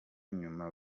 nyuma